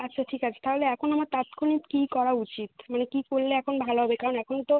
আচ্ছা ঠিক আছে তাহলে এখন আমার তাৎক্ষণিক কী করা উচিত মানে কী করলে এখন ভালো হবে কারণ এখন তো